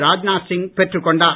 ராஜ்நாத் சிங் பெற்றுக்கொண்டார்